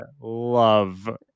love